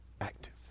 active